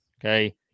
Okay